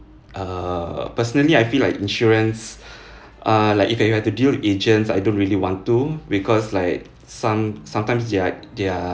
uh personally I feel like insurance uh like if you were to deal agents I don't really want to because like some sometimes they're like they're